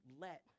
let